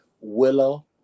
Willow